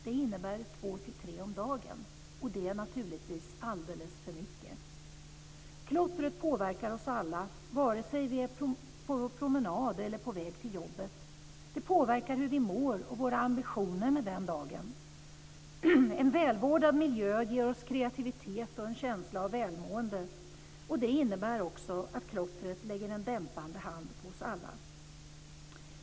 Det innebär två till tre om dagen, och det är naturligtvis alldeles för mycket. Klottret påverkar oss alla, vare sig vi är på promenad eller på väg till jobbet. Det påverkar hur vi mår och våra ambitionen med dagen. En välvårdad miljö ger oss kreativitet och en känsla av välmående. Det innebär att klottret lägger en dämpande hand på oss alla.